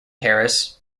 harris